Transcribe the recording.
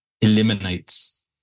eliminates